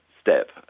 step